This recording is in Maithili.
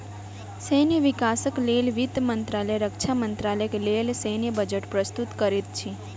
सैन्य विकासक लेल वित्त मंत्रालय रक्षा मंत्रालय के लेल सैन्य बजट प्रस्तुत करैत अछि